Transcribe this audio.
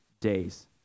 days